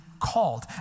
called